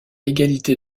égalité